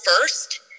first